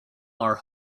are